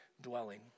dwelling